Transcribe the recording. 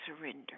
surrender